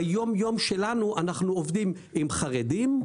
ביום-יום שלנו אנחנו עובדים עם חרדים,